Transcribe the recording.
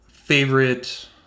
favorite